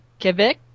Quebec